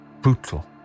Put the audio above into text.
brutal